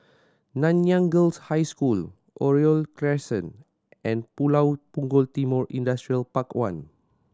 Nanyang Girls' High School Oriole Crescent and Pulau Punggol Timor Industrial Park One